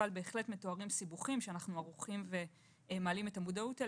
אבל בהחלט מתוארים סיבוכים שאנחנו מעלים את המודעות אליהם,